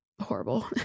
horrible